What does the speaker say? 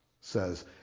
says